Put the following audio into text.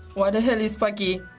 what ah and is paqui?